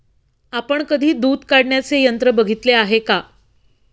आपण कधी दूध काढण्याचे यंत्र बघितले आहे का?